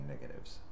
negatives